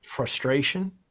Frustration